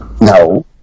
No